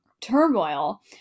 turmoil